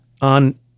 on